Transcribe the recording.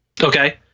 Okay